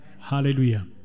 Hallelujah